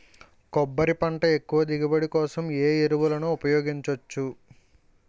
కొబ్బరి పంట ఎక్కువ దిగుబడి కోసం ఏ ఏ ఎరువులను ఉపయోగించచ్చు?